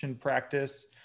practice